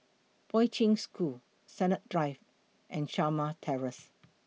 Poi Ching School Sennett Drive and Shamah Terrace